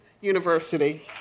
University